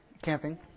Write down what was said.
Camping